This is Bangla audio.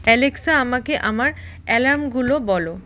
অ্যালেক্সা আমাকে আমার অ্যালার্মগুলো বলো